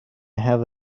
have